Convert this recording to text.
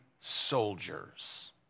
soldiers